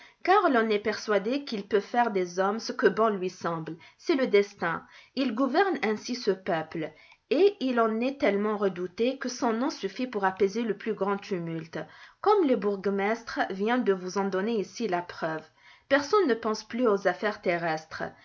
car l'on est persuadé qu'il peut faire des hommes ce que bon lui semble c'est le destin il gouverne ainsi ce peuple et il en est tellement redouté que son nom suffit pour apaiser le plus grand tumulte comme le bourgmestre vient de vous en donner ici la preuve personne ne pense plus aux affaires terrestres